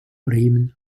bremen